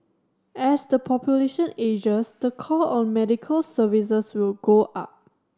as the population ages the call on medical services will go up